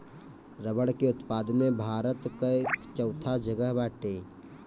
रबड़ के उत्पादन में भारत कअ चउथा जगह बाटे